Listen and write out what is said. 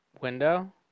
Window